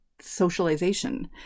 socialization